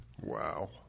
Wow